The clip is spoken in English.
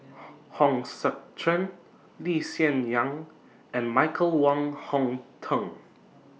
Hong Sek Chern Lee Hsien Yang and Michael Wong Hong Teng